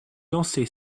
lancer